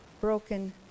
broken